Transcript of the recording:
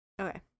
okay